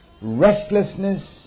restlessness